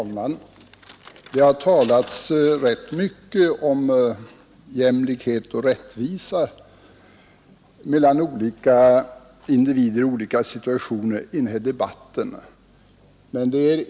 Fru talman! Det har i denna debatt talats rätt mycket om jämlikhet och rättvisa mellan olika individer i olika situationer.